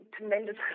tremendous